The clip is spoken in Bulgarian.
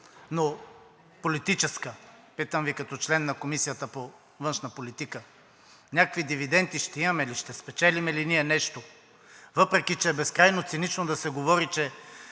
но политическа. Питам Ви като член на Комисията по външна политика. Някакви дивиденти ще имаме ли, ще спечелим ли ние нещо, въпреки че е безкрайно цинично да се говори, че